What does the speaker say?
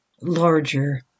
larger